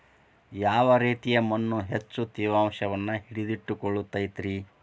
ಯಾವ ರೇತಿಯ ಮಣ್ಣ ಹೆಚ್ಚು ತೇವಾಂಶವನ್ನ ಹಿಡಿದಿಟ್ಟುಕೊಳ್ಳತೈತ್ರಿ?